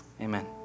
Amen